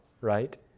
right